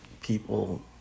people